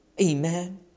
Amen